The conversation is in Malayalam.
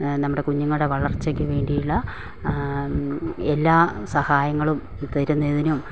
നമ്മുടെ കുഞ്ഞുങ്ങളുടെ വളർച്ചക്ക് വേണ്ടിയുള്ള എല്ലാ സഹായങ്ങളും തരുന്നതിനും